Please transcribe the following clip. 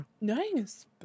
Nice